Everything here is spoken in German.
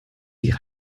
die